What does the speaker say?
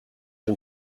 een